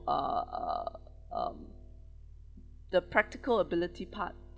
uh uh um the practical ability part